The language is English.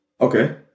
Okay